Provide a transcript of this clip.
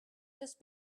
just